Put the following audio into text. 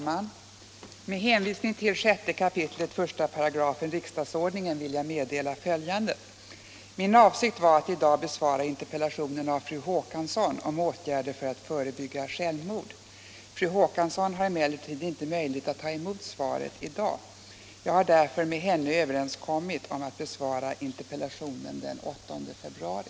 Min avsikt var att i dag besvara interpellationen av fru Håkansson om åtgärder för att förebygga självmord. Fru Håkansson har emellertid inte möjlighet att ta emot svaret i dag. Jag har därför med henne överenskommit om att besvara interpellationen den 8 februari.